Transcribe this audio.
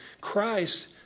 Christ